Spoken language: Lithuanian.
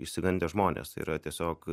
išsigandę žmonės yra tiesiog